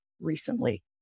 recently